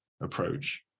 approach